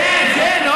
כן, כן.